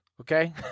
okay